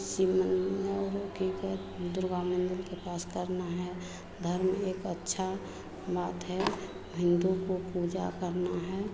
शिव हाेके कर दुर्गा मंदिर के पास करना है धर्म एक अच्छा बात है हिन्दू को पूजा करना है